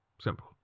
Simple